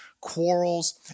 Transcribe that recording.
quarrels